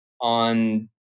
on